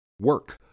Work